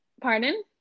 Pardon